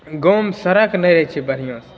गाँवमे सड़क नहि रहैत छै बढ़िआँ से